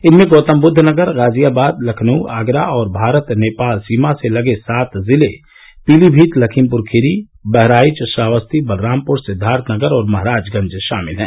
इनमें गौतमबुद्वनगर गाजियाबाद लखनऊ आगरा और भारत नेपाल सीमा से लगे सात जिले पीलीभीत लखीमपुर खीरी बहराइच श्रावस्ती बलरामपुर सिद्दार्थनगर और महराजगंज शामिल हैं